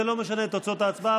זה לא משנה את תוצאות ההצבעה,